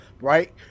right